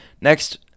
Next